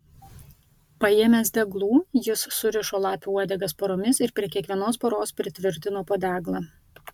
paėmęs deglų jis surišo lapių uodegas poromis ir prie kiekvienos poros pritvirtino po deglą